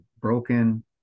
broken